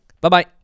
bye-bye